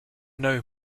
know